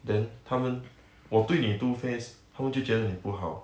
then 他们我对你 two faced 他们就觉得你不好